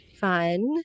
fun